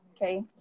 Okay